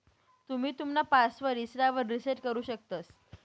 तुम्ही तुमना पासवर्ड इसरावर रिसेट करु शकतंस